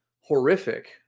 horrific